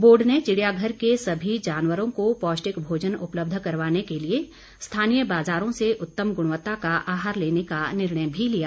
board ने चिड़ियाघर के सभी जानवरों को पौष्टिक भोजन उपलब्ध करवाने के लिए स्थानीय बाज़ारों से उत्तम गुणवत्ता का आहार लेने का निर्णय भी लिया